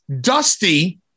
Dusty